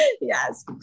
Yes